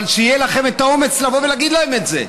אבל שיהיה לכם את האומץ לבוא ולהגיד להם את זה,